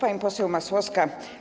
Pani Poseł Masłowska!